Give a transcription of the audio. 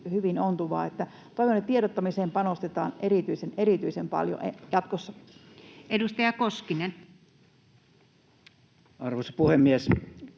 hyvin ontuvaa. Toivon, että tiedottamiseen panostetaan erityisen paljon jatkossa. Edustaja Koskinen. Arvoisa puhemies!